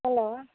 hello